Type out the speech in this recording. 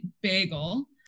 bagel